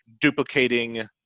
duplicating